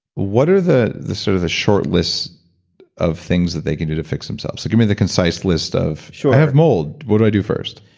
what are the the sort of short lists of things that they can do to fix themselves? give me the concise list of sure i have mold. what do i do first?